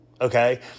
Okay